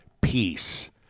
peace